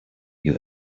you